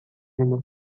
uma